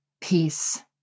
peace